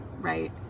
right